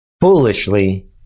foolishly